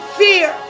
fear